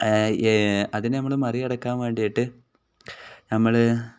അതിനെ നമ്മൾ മറികടക്കാൻ വേണ്ടിയിട്ട് നമ്മൾ